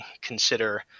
consider